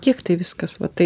kiek tai viskas va tai